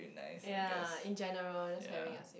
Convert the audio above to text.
ya in general just having us